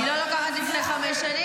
אני לא לוקחת את זה ללפני חמש שנים,